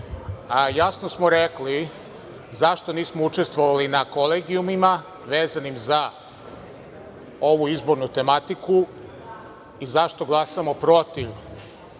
jasno je rekla zašto nije učestvovala na kolegijumima vezanim za ovu izbornu tematiku i zašto glasamo protiv